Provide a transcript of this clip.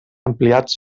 ampliats